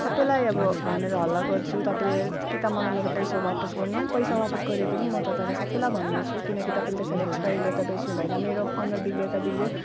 सबैलाई अब भनेर हल्ला गर्छु तपाईँले कि त मलाई मेरो पैसा वापस गर्नु पैसा वापस गरे पनि म त तर सबैलाई भन्नेछु किनकि तपाईँले त्यसरी एक्सपाइरी डेट त बेच्नु भएन मेरो अनुहार बिग्रियो त बिग्रियो